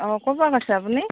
অঁ ক'ৰ পৰা কৈছে আপুনি